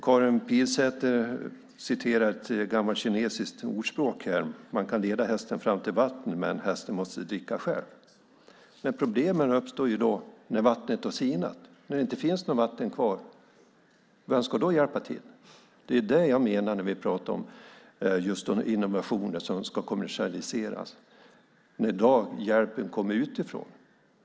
Karin Pilsäter refererar här till ett gammal kinesiskt ordspråk. Man kan leda hästen fram till vatten, men hästen måste dricka själv. Problemen uppstår när vattnet har sinat och det inte finns något vatten kvar. Vem ska då hjälpa till? Det är vad jag menar när vi talar just om innovationer som ska kommersialiseras, när den hjälpen kommer utifrån.